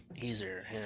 easier